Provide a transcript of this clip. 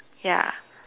ya